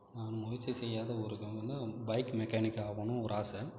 நான் முயற்சி செய்யாத ஒரு இது பைக் மெக்கானிக் ஆகணும்னு ஒரு ஆசை